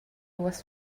was